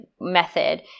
method